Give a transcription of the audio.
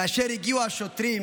כאשר הגיעו השוטרים